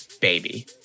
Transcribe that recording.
baby